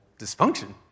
dysfunction